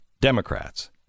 Democrats